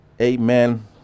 amen